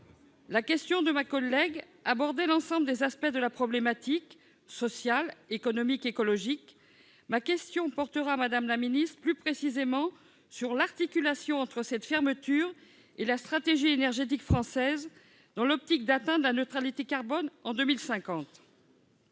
La question de ma collègue abordait l'ensemble des aspects de la problématique sociale, économique, écologique ; ma question portera, madame la ministre, plus précisément sur l'articulation entre cette fermeture et la stratégie énergétique française dans l'optique d'atteindre la neutralité carbone en 2050.